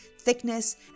thickness